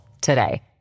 today